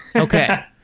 okay.